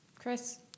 Chris